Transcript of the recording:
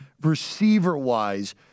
receiver-wise